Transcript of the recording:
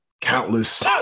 countless